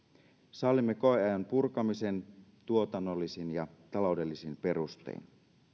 sallimme koeajan purkamisen tuotannollisin ja taloudellisin perustein